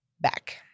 back